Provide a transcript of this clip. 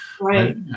Right